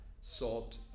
salt